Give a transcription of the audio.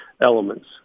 elements